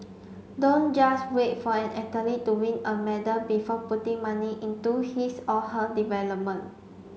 don't just wait for an athlete to win a medal before putting money into his or her development